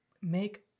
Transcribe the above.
make